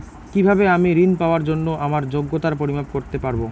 কিভাবে আমি ঋন পাওয়ার জন্য আমার যোগ্যতার পরিমাপ করতে পারব?